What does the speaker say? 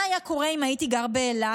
מה היה קורה אם הייתי גר באילת,